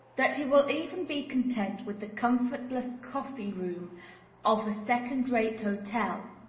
that he will even be content with the comfortless coffee-room of a second-rate hotel,